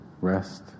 rest